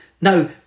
Now